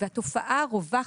והתופעה רווחת,